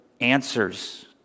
answers